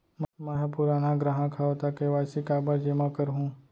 मैं ह पुराना ग्राहक हव त के.वाई.सी काबर जेमा करहुं?